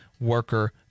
worker